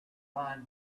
line